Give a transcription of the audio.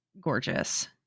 gorgeous